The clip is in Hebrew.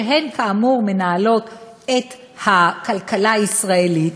שכאמור הן שמנהלות את הכלכלה הישראלית,